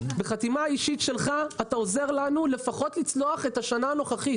בחתימה אישית שלך אתה עוזר לנו לפחות לצלוח את השנה הנוכחית.